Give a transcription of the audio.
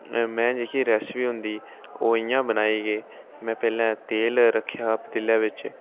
में में जेह्की रैसिपी होंदी ओह् इ'यां बनाई जे में पैह्लें तेल रक्खेआ पतीले बिच